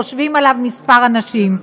חושבים עליו כמה אנשים,